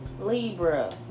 libra